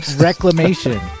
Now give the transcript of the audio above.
reclamation